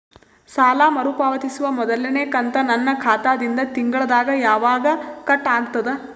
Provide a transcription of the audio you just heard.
ಸಾಲಾ ಮರು ಪಾವತಿಸುವ ಮೊದಲನೇ ಕಂತ ನನ್ನ ಖಾತಾ ದಿಂದ ತಿಂಗಳದಾಗ ಯವಾಗ ಕಟ್ ಆಗತದ?